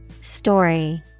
Story